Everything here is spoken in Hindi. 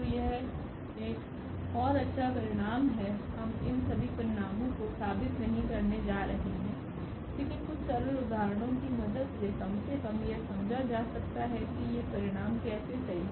तो यह एक और अच्छा परिणाम है हम इन सभी परिणामों को साबित नहीं करने जा रहे हैं लेकिन कुछ सरल उदाहरणों की मदद से कम से कम यह समझा जा सकता है कि ये परिणाम कैसे सही हैं